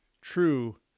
true